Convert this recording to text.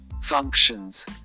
functions